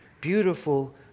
beautiful